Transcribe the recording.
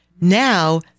Now